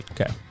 Okay